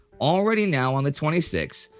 already now on the twenty sixth,